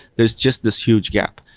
there's just this huge gap.